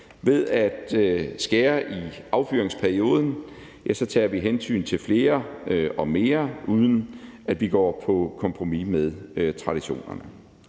Ved at skære ned på affyringsperioden tager vi hensyn til flere og mere, uden at vi går på kompromis med traditionerne.